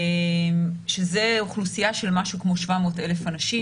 שזו אוכלוסייה של כ-700,000 אנשים,